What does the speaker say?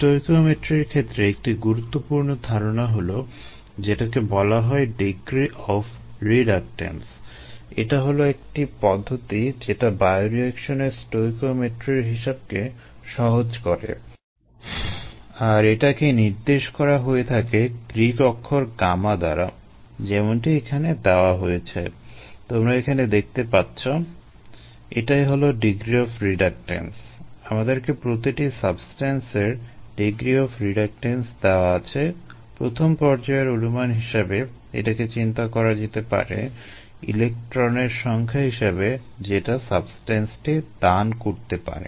স্টয়কিওমেট্রির ক্ষেত্রে একটি গুরুত্বপূর্ণ ধারণা হলো যেটাকে বলা হয় ডিগ্রি অফ রিডাকটেন্স সংখ্যা হিসেবে যেটা সাবস্টেন্সটি দান করতে পারে